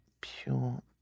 pure